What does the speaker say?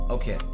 Okay